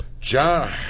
John